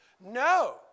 No